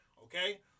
Okay